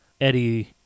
Eddie